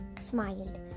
smiled